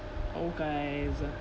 okayz